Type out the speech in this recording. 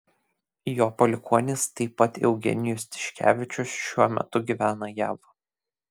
jo palikuonis taip pat eugenijus tiškevičius šiuo metu gyvena jav